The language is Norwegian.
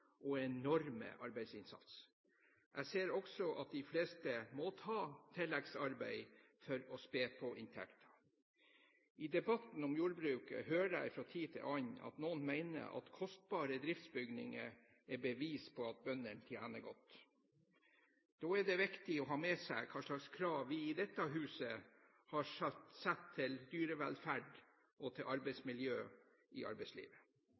og enorme arbeidsinnsats. Jeg ser også at de fleste må ta tilleggsarbeid for å spe på inntekten. I debatten om jordbruket hører jeg fra tid til annen at noen mener at kostbare driftsbygninger er bevis på at bøndene tjener godt. Da er det viktig å ha med seg hvilke krav vi i dette huset har satt til dyrevelferd og arbeidsmiljø i arbeidslivet.